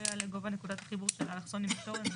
לא יעלה גובה נקודת החיבור של האלכסון עם התורן על